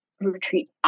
retreat